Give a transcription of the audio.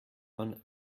von